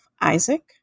Isaac